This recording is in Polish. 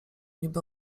niby